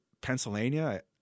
Pennsylvania